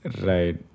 Right